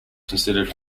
considered